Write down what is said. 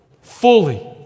fully